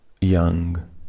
young